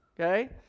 Okay